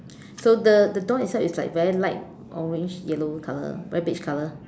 so the the door inside is like very light orange yellow color very beige color